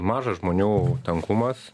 mažas žmonių tankumas